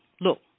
Look